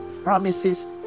promises